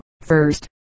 first